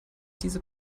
diese